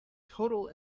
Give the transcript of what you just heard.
total